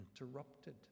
interrupted